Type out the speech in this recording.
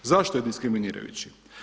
Zašto je diskriminirajući?